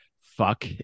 fuck